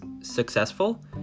successful